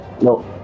no